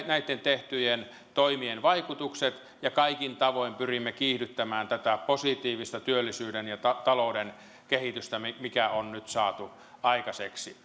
näitten tehtyjen toimien vaikutukset ja kaikin tavoin pyrimme kiihdyttämään tätä positiivista työllisyyden ja talouden kehitystä mikä mikä on nyt saatu aikaiseksi